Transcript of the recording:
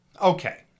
Okay